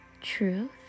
truth